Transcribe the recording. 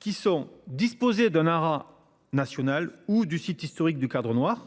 Qui sont disposés de un haras national ou du site historique du Cadre Noir.